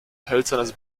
hölzernes